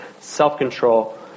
self-control